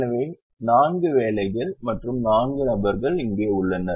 எனவே நான்கு வேலைகள் மற்றும் நான்கு நபர்கள் இங்கே உள்ளனர்